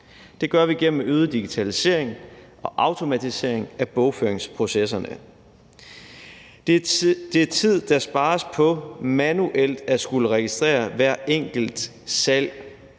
Det gør vi gennem en øget digitalisering og automatisering af bogføringsprocesserne. Det er tid, der spares i forhold til manuelt at skulle registrere hvert enkelt salg